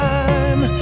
time